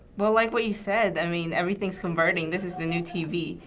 well like what you said i mean everything's converting, this is the new tv.